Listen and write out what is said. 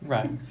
Right